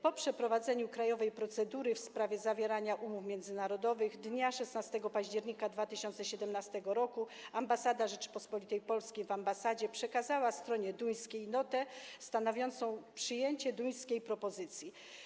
Po przeprowadzeniu krajowej procedury w sprawie zawierania umów międzynarodowych dnia 16 października 2017 r. w Ambasadzie Rzeczypospolitej Polskiej przekazano stronie duńskiej notę stanowiącą przyjęcie duńskiej propozycji.